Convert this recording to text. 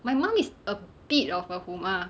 my mum is a bit of a 虎妈